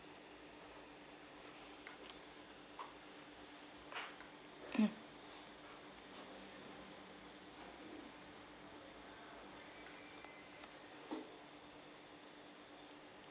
mm